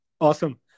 Awesome